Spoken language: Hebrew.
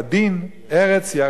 ארץ יראה ושקטה.